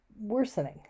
worsening